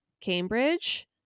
Cambridge